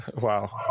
Wow